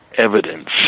evidence